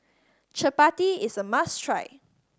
chappati is a must try